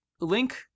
Link